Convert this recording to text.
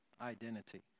identity